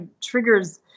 triggers